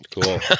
Cool